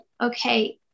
okay